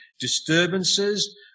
disturbances